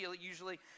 usually